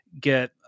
get